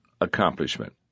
accomplishment